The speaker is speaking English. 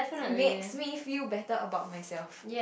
makes me feel better about myself